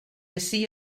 ací